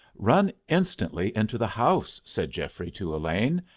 run instantly into the house, said geoffrey to elaine,